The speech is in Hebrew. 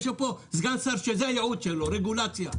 יש פה סגן שר שזה הייעוד שלו רגולציה.